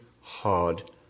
hard